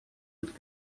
wird